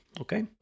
okay